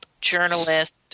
journalist